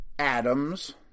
Adams